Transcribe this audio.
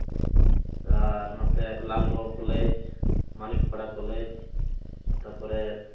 ᱟᱨ ᱱᱚᱛᱮ Lalgarh college Manikpara college ᱛᱟᱯᱚᱨᱮ